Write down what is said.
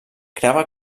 creava